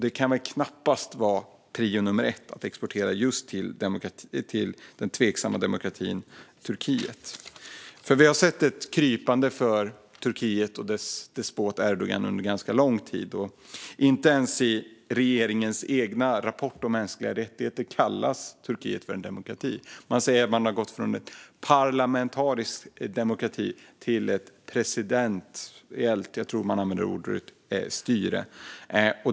Det kan knappast vara prio nummer ett att exportera just till den tveksamma demokratin Turkiet. Vi har sett ett krypande för Turkiet och dess despot Erdogan under ganska lång tid. Inte ens i regeringens egen rapport om mänskliga rättigheter kallas Turkiet en demokrati. Man säger att landet har gått från parlamentarisk demokrati till presidentstyre, tror jag är ordet man använder.